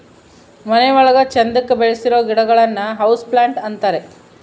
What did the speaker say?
ಮನೆ ಒಳಗ ಚಂದಕ್ಕೆ ಬೆಳಿಸೋ ಗಿಡಗಳನ್ನ ಹೌಸ್ ಪ್ಲಾಂಟ್ ಅಂತಾರೆ